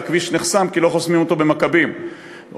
והכביש נחסם כי לא חוסמים אותו במכבים או